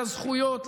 לזכויות,